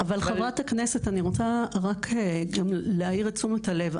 אבל, חברת הכנסת, אני רק רוצה להסב את תשומת הלב.